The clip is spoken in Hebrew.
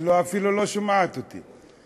היא אפילו לא שומעת אותי.